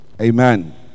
Amen